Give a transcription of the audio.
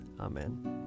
Amen